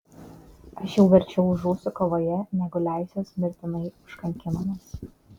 aš jau verčiau žūsiu kovoje negu leisiuosi mirtinai užkankinamas